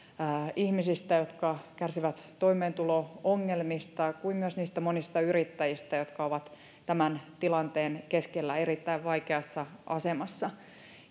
ihmisistä jotka kärsivät toimeentulo ongelmista kuin myös niistä monista yrittäjistä jotka ovat tämän tilanteen keskellä erittäin vaikeassa asemassa